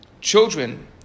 children